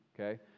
okay